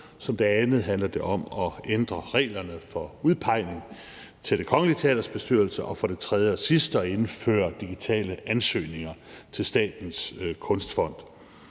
Som det andet handler det om at ændre reglerne for udpegning til Det Kongelige Teaters bestyrelse. Og som det tredje og sidste handler det om at indføre digitale ansøgninger til Statens Kunstfond.